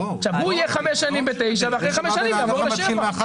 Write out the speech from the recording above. הוא יהיה 5 שנים ב-9 ואחרי 5 שנים יעבור ל-7.